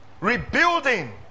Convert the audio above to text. Rebuilding